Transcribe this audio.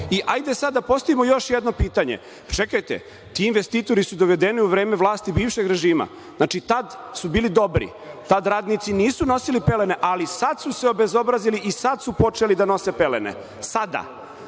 i hajde sada da postavimo još jedno pitanje. Čekajte ti investitori su dovedeni u vreme vlasti bivšeg režima. Znači, tada su bili dobri i tada radnici nisu nosili pelene, ali sad su se izbezobrazili i sad su počeli da nose pelene, sada